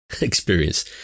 experience